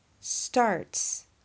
starts